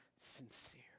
sincere